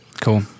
cool